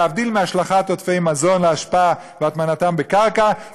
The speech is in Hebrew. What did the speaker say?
להבדיל מהשלכת עודפי מזון לאשפה והטמנתם בקרקע.